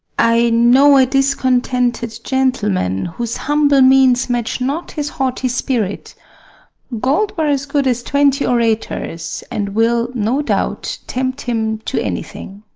i know a discontented gentleman whose humble means match not his haughty spirit gold were as good as twenty orators, and will, no doubt, tempt him to anything.